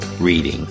reading